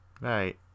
Right